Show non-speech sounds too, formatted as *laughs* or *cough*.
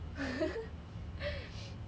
*laughs*